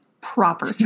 Proper